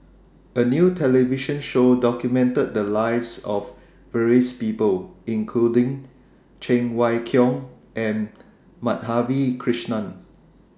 A New television Show documented The Lives of various People including Cheng Wai Keung and Madhavi Krishnan